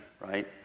right